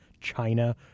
China